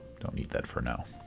don't need that for now.